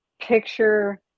picture